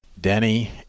Denny